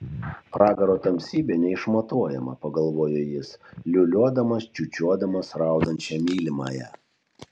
pragaro tamsybė neišmatuojama pagalvojo jis liūliuodamas čiūčiuodamas raudančią mylimąją